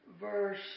verse